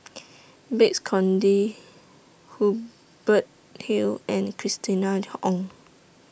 Babes Conde Hubert Hill and Christina Ong